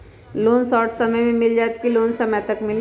Loan short समय मे मिल जाएत कि लोन समय तक मिली?